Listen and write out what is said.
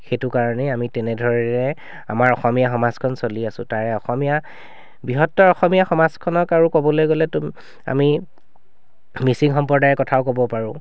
সেইটো কাৰণেই আমি তেনেধৰণেৰে আমাৰ অসমীয়া সমাজখন চলি আছোঁ তাৰে অসমীয়া বৃহত্তৰ অসমীয়া সমাজখনক আৰু ক'বলৈ গ'লে তুমি আমি মিছিং সম্প্ৰদায়ৰ কথাও ক'ব পাৰোঁ